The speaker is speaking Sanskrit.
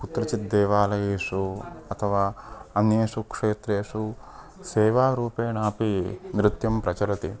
कुत्रचित् देवालयेषु अथवा अन्येषु क्षेत्रेषु सेवारूपेणापि नृत्यं प्रचलति